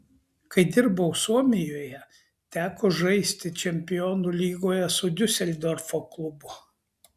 kai dirbau suomijoje teko žaisti čempionų lygoje su diuseldorfo klubu